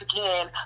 again